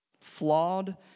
flawed